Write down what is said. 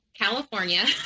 California